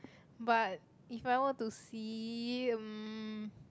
but if I were to see mm